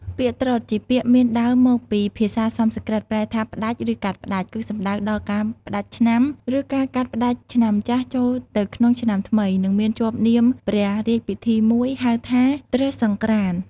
ពាក្យ «ត្រុដិ» ជាពាក្យមានដើមមកពីភាសាសំស្រ្កឹតប្រែថា ផ្តាច់ ឬកាត់ផ្ដាច់ គឺសំដៅដល់ការផ្តាច់ឆ្នាំ ឬការកាត់ផ្ដាច់ឆ្នាំចាស់ចូលទៅក្នុងឆ្នាំថ្មី និងមានជាប់នាមព្រះរាជពិធីមួយ ហៅថា «ត្រស្តិសង្ក្រាន្ត»។